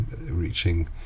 reaching